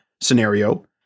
scenario